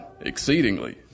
exceedingly